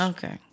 Okay